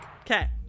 okay